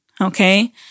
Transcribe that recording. okay